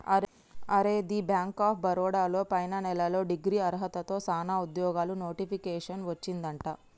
అరే the bank of Baroda లో పైన నెలలో డిగ్రీ అర్హతతో సానా ఉద్యోగాలు నోటిఫికేషన్ వచ్చిందట